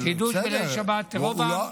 קידוש בליל שבת רוב העם,